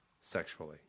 sexually